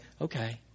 okay